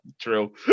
True